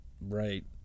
Right